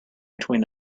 between